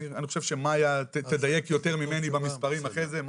אני חושב שמאיה תדייק יותר ממני במספרים אחרי זה,